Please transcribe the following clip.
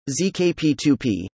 ZKP2P